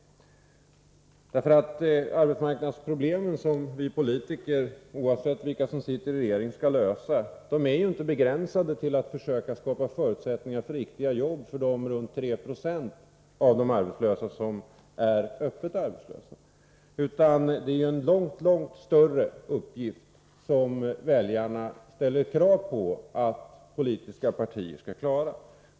De arbetsmarknadsproblem som vi politiker skall lösa — oavsett vilka som sitter i regeringen — begränsas inte till att försöka skapa förutsättningar för riktiga jobb för dem som ingår i de tre procenten som är öppet arbetslösa. Det är tvärtom en långt större uppgift som väljarna kräver att politiska partier skall klara.